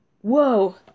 Whoa